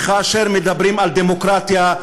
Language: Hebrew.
וכאשר מדברים על דמוקרטיה,